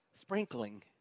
sprinkling